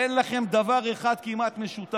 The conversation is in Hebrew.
כמעט אין לכם דבר אחד משותף,